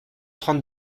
trente